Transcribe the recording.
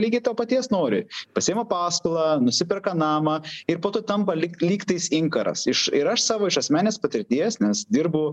lygiai to paties nori pasiima paskolą nusiperka namą ir po to tampa lygtais inkaras iš ir aš savo iš asmenės patirties nes dirbu